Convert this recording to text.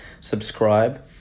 subscribe